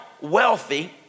wealthy